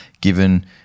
given